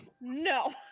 No